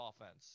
offense